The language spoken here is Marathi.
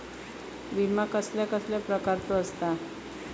विमा कसल्या कसल्या प्रकारचो असता?